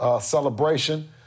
celebration